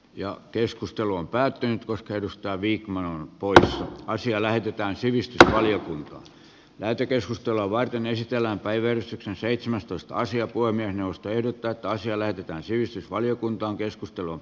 ja keskustelu on päättynyt koska edustaa wiikman on portossa asia lähetetään sivistysvaliokuntaan näytekeskustelua varten esitellään päivystyksen seitsemäs tuskaisia voimia nostoihin jotta asia lähetetään sivistysvaliokuntaankeskustelu